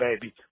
baby